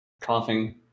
coughing